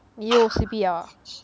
你又 sleepy liao ah